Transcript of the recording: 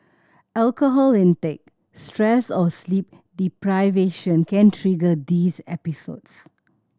alcohol intake stress or sleep deprivation can trigger these episodes